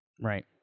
Right